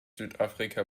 südafrika